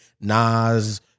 Nas